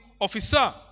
officer